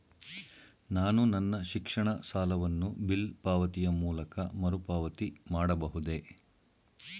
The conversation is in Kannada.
ನಾನು ನನ್ನ ಶಿಕ್ಷಣ ಸಾಲವನ್ನು ಬಿಲ್ ಪಾವತಿಯ ಮೂಲಕ ಮರುಪಾವತಿ ಮಾಡಬಹುದೇ?